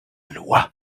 loi